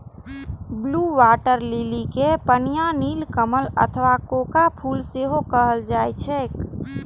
blue water lily कें पनिया नीलकमल अथवा कोका फूल सेहो कहल जाइ छैक